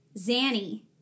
Zanny